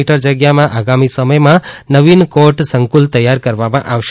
metre જગ્યામાં આગામી સમયમાં નવીન કોર્ટ સંકુલ તૈયાર કરવામાં આવશે